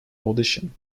audition